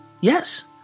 yes